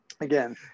again